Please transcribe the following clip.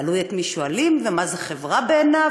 תלוי את מי שואלים וגם מה זה חברה בעיניו.